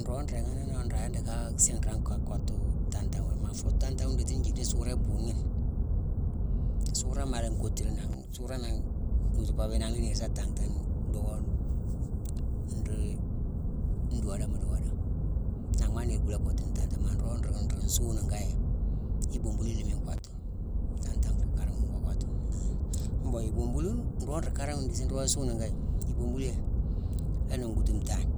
Nroog nrééghanowu nraa yindi kaa siinghra ka kottu tan-tama. Maa fo tan-tama ndiji njick ni suurone iboone ghi ni, suurone mala nkotturine nangh suurone nangh ngnoju-pabia nanghna niir sa tantane bhuughune nroog doodéma di wodo. Nanghma niir kula kottu tan-tama. Maa nroog-nruu-nruu nsuunuckaya, ibombulu la miine nkottu. Tan-tama fu karama ghune ngo kottu. Mbon ibombulu, nroog nruu karaghune idithi nroog yé soonikaya, ibombulu yé: mu la nocgutu ntangne,